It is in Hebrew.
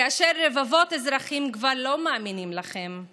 כאשר רבבות אזרחים כבר לא מאמינים לכם,